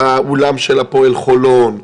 באולם של הפועל חולון,